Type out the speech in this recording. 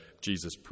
Jesus